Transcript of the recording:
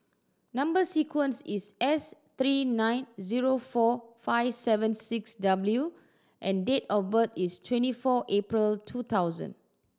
number sequence is S three nine zero four five seven six W and date of birth is twenty four April two thousand